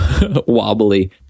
wobbly